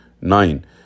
Nine